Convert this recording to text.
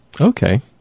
Okay